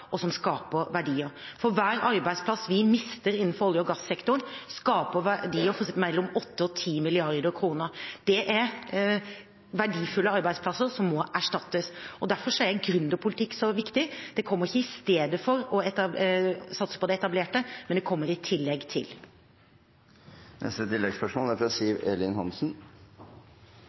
og som skaper verdier. Hver arbeidsplass vi mister innenfor olje- og gassektoren, skaper verdier for mellom 8 og 10 mrd. kr. Det er verdifulle arbeidsplasser som må erstattes, og derfor er gründerpolitikk så viktig. Det kommer ikke istedenfor å satse på det etablerte, det kommer i tillegg. Siv Elin Hansen – til